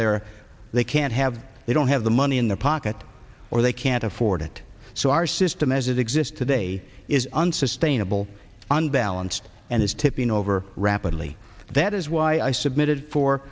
they're they can't have they don't have the money in their pocket or they can't afford it so our system as it exists today is unsustainable unbalanced and is tipping over rapidly that is why i submitted for